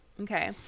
Okay